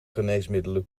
geneesmiddelen